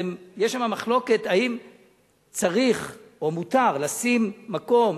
יש שמה מחלוקת אם צריך או מותר לשים במקום